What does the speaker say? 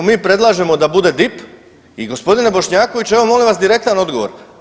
Mi predlažemo da bude DIP i gospodine Bošnjaković evo molim vas direktan odgovor.